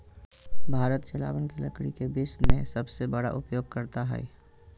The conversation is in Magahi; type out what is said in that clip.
भारत जलावन के लकड़ी के विश्व में सबसे बड़ा उपयोगकर्ता हइ